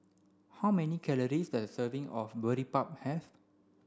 how many calories does a serving of Boribap have